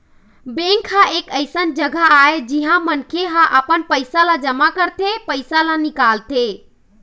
bank ह एक अइसन जघा आय जिहाँ मनखे ह अपन पइसा ल जमा करथे, पइसा निकालथे